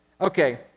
Okay